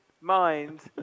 mind